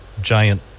giant